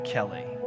Kelly